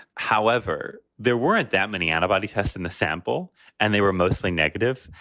however, there weren't that many antibody tests in the sample and they were mostly negative.